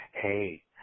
Hey